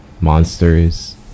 monsters